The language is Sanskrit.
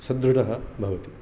सदृढः भवति